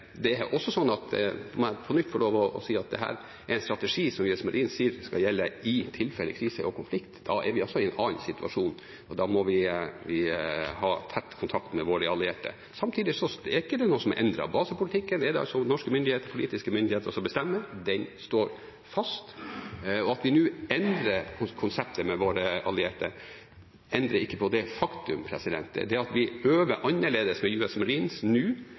må på nytt få lov å si at dette er en strategi som US Marines sier skal gjelde i tilfelle krise og konflikt. Da er vi i en annen situasjon, og da må vi ha tett kontakt med våre allierte. Samtidig er det ingenting som er endret. Basepolitikken er det norske politiske myndigheter som bestemmer – den ligger fast. At vi nå endrer konseptet med våre allierte, endrer ikke på det faktumet. At vi øver annerledes med US Marines nå